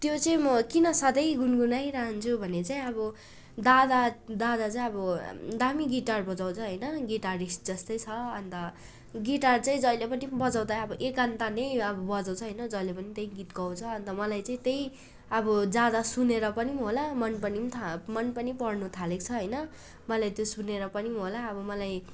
त्यो चाहिँ म किन सधैँ गुन्गुनाइरहन्छु भने चाहिँ अब दादा दादा चाहिँ अब दामी गिटार बजाउँछ होइन गिटारिस्ट जस्तै छ अन्त गिटार चाहिँ जहिले पनि बजाउँदा अब एकान्त नै अब बजाउँछ होइन जहिले पनि त्यही गीत गाउँछ अन्त मलाई चाहिँ त्यही अब ज्यादा सुनेर पनि होला मन पनि मन पनि पर्नु थालेको छ होइन मलाई त्यो सुनेर पनि होला अब मलाई